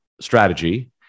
strategy